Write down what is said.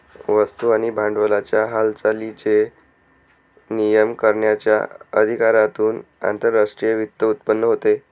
वस्तू आणि भांडवलाच्या हालचालींचे नियमन करण्याच्या अधिकारातून आंतरराष्ट्रीय वित्त उत्पन्न होते